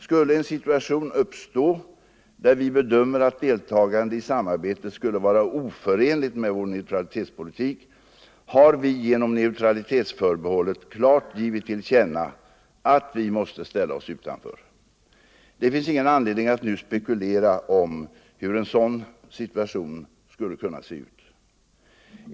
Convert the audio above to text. Skulle en situation uppstå där vi bedömer att deltagande i samarbetet skulle vara oförenligt med vår neutralitetspolitik har vi genom neutralitetsförbehållet klart givit till känna att vi måste ställa oss utanför. Det finns ingen anledning att nu spekulera om hur en sådan situation skulle kunna se ut.